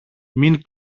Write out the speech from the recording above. μην